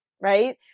right